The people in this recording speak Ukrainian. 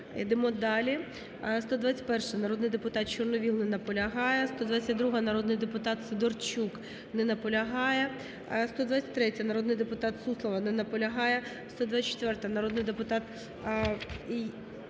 Йдемо далі. 121-а, народний депутат Чорновол. Не наполягає. 122-а, народний депутат Сидорчук. Не наполягає. 123-я, народний депутат Суслова. Не наполягає. 124-а, народний депутат